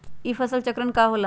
ई फसल चक्रण का होला?